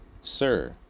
Sir